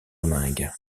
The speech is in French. domingue